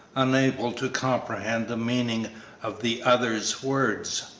unable to comprehend the meaning of the other's words.